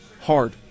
hard